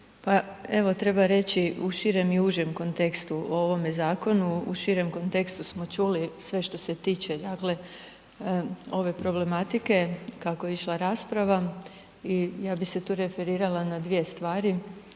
pa evo treba reći u širem i užem kontekstu o ovome zakonu. U širem kontekstu smo čuli sve što se tiče dakle ove problematike kako je išla rasprava i ja bi se tu referirala na dvije stvari.